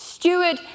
Steward